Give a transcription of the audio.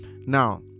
now